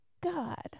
god